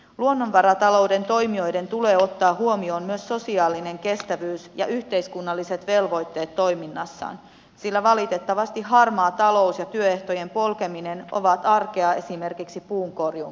luonnonvaratalouden toimijoiden tulee ottaa huomioon myös sosiaalinen kestävyys ja yhteiskunnalliset velvoitteet toiminnassaan sillä valitettavasti harmaa talous ja työehtojen polkeminen ovat arkea esimerkiksi puunkorjuun ketjuissa